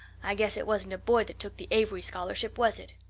i guess it wasn't a boy that took the avery scholarship, was it?